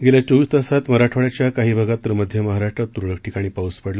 गेल्या चोवीस तासात मराठवाड्याच्या काही भागात तर मध्य महाराष्ट्रातत्रळक ठिकाणी पाऊस पडला